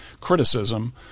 criticism